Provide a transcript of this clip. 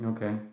Okay